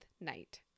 night